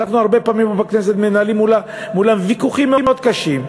אנחנו הרבה פעמים פה בכנסת מנהלים מולם ויכוחים מאוד קשים.